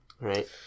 Right